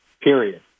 Period